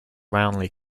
roundly